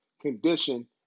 condition